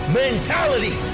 mentality